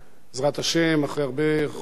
אחרי הרבה חודשים של עבודה.